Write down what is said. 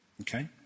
Okay